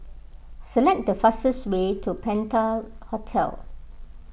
select the fastest way to Penta Hotel